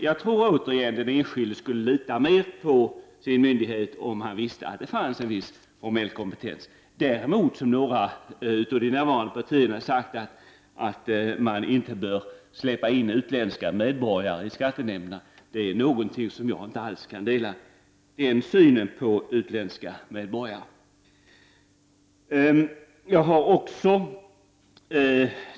Jag tror att den enskilde skulle lita mer på sin myndighet, om han visste att det fanns en viss formell kompetens. Däremot kan jag inte alls dela uppfattningen hos några här att man inte bör släppa in utländska medborgare i skattenämnderna. Den synen på utländska medborgare kan jag inte acceptera.